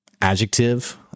adjective